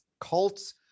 cults